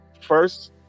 first